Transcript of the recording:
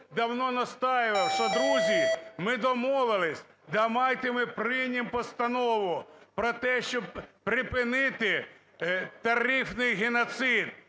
давно настоював, що, друзі, ми домовилися, давайте ми приймемо постанову про те, щоб припинити тарифний геноцид.